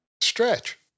stretch